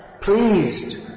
pleased